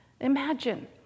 Imagine